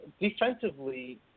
defensively